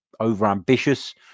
overambitious